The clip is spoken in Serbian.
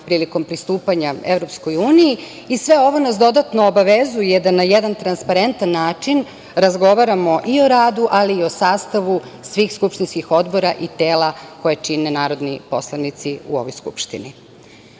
prilikom pristupanja EU, i sve ovo nas dodatno obavezuje da na jedan transparentan način, razgovaramo i o radu, ali i o sastavu svih skupštinskih odbora i tela koje čini narodni poslanici u ovoj Skupštini. Nadzorna